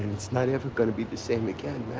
it's not ever going to be the same again, manny.